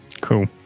Cool